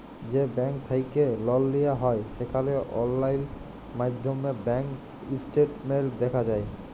যে ব্যাংক থ্যাইকে লল লিয়া হ্যয় সেখালে অললাইল মাইধ্যমে ব্যাংক ইস্টেটমেল্ট দ্যাখা যায়